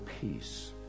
peace